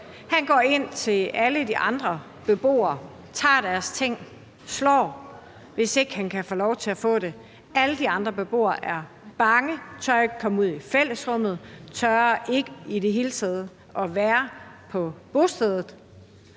Han går ind til alle de andre beboere, tager deres ting og slår, hvis ikke han kan få lov til at få dem. Alle de andre beboere er bange, de tør ikke komme ud i fællesrummet, og de tør i det hele taget ikke være på bostedet.